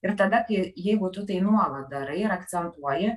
ir tada kai jeigu tu tai nuolat darai ir akcentuoji